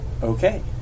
Okay